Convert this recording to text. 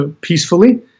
peacefully